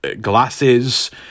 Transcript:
glasses